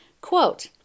Quote